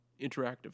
interactive